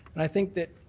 and i think that